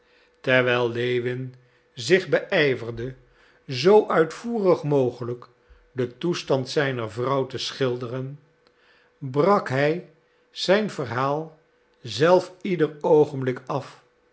terwijl lewin zich beijverde zoo uitvoerig mogelijk den toestand zijner vrouw te schilderen brak hij zijn verhaal zelf ieder oogenblik af